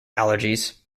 allergies